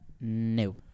no